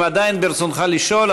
אם עדיין ברצונך לשאול,